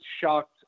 shocked